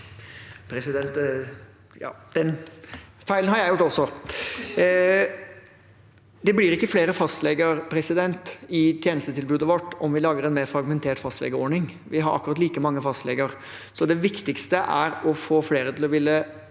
Det blir ikke flere fastleger i tjenestetilbudet vårt om vi lager en mer fragmentert fastlegeordning, vi har akkurat like mange fastleger. Det viktigste er å få flere til å ville